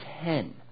ten